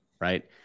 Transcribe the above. right